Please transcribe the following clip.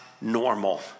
normal